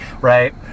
right